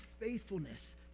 faithfulness